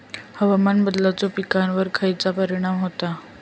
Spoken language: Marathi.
हवामान बदलाचो पिकावर खयचो परिणाम होता?